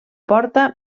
porta